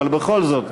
אבל בכל זאת,